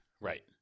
right